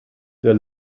der